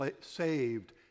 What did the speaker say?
saved